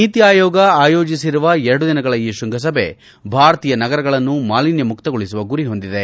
ನೀತಿ ಆಯೋಗ ಆಯೋಜಿಸಿರುವ ಎರಡು ದಿನಗಳ ಈ ಶೃಂಗಸಭೆ ಭಾರತೀಯ ನಗರಗಳನ್ನು ಮಾಲಿನ್ಹ ಮುಕ್ತಗೊಳಿಸುವ ಗುರಿ ಹೊಂದಿದೆ